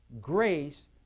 grace